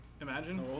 Imagine